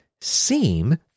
seem